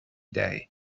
day